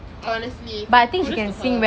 honestly kudos to her